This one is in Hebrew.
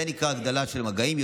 זה נקרא הגדלה של מגעים,